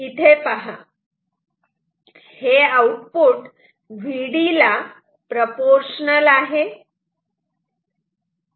इथे पहा हे आउटपुट Vd ला प्रोपोर्शनल आहे